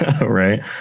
right